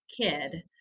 kid